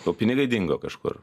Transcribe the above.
o pinigai dingo kažkur